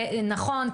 נכון,